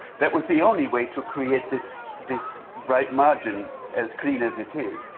that was the only way to create this this right margin as clean as it is.